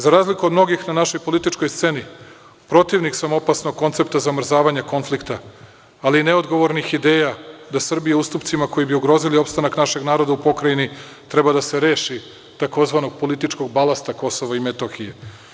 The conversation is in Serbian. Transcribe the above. Za razliku od mnogih na našoj političkoj sceni, protivnik sam opasnog koncepta zamrzavanja konflikta, ali i neodgovornih ideja da Srbija ustupcima koji bi ugrozili opstanak našeg naroda u pokrajini treba da se reši tzv. političkog balasta Kosova i Metohije.